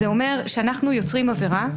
זה אומר כשאנחנו יוצרים עבירה,